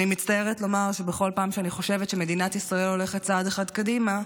אני מצטערת לומר שבכל פעם שאני חושבת שמדינת ישראל הולכת צעד אחד קדימה,